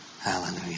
Hallelujah